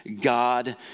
God